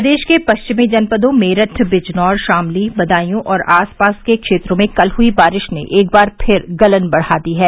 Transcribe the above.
प्रदेश के परिचमी जनपदों मेरठ बिजनौर शामली बदायूं और आसपास के क्षेत्र में कल हुई बारिश ने एक बार फिर गलन बढ़ा दी है